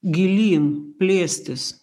gilyn plėstis